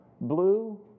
blue